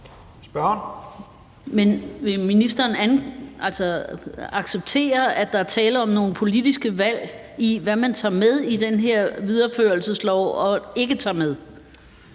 vil ministeren acceptere, at der er tale om nogle politiske valg af, hvad man tager med og ikke tager med